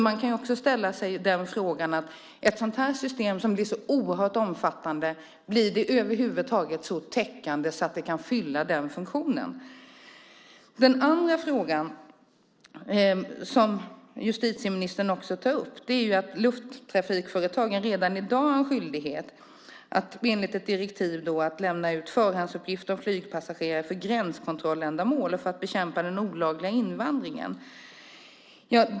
Man kan ställa sig frågan: Ett system som blir så oerhört omfattande, blir det över huvud taget så täckande att det kan fylla den funktionen? Den andra frågan som justitieministern tar upp är att lufttrafikföretagen redan i dag har en skyldighet enligt ett direktiv att lämna ut förhandsuppgifter om flygpassagerare för gränskontrolländamål och för att bekämpa den olagliga invandringen.